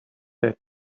said